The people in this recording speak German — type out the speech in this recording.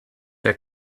der